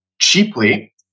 cheaply